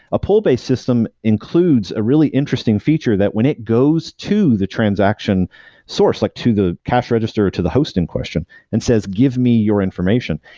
a pull-based system includes a really interesting feature that when it goes to the transaction source, like to the cash register or to the host in question and says give me your information,